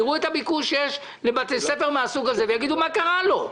יראו את הביקוש שיש לבתי ספר מן הסוג הזה וישאלו: מה קרה לו?